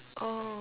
!aww!